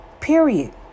Period